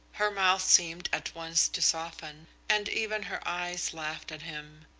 her mouth seemed at once to soften, and even her eyes laughed at him.